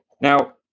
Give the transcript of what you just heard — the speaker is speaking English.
Now